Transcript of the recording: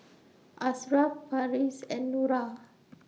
Asharaff Farish and Nura